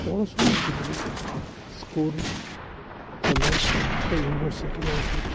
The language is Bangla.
পড়াশোনার জীবনে স্কুল কলেজ বা ইউনিভার্সিটি লাইফে